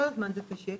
כל הזמן זה קשה.